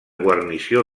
guarnició